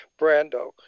Brando